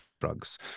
drugs